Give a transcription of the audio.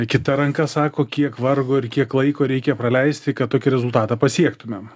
kita ranka sako kiek vargo ir kiek laiko reikia praleisti kad tokį rezultatą pasiektumėm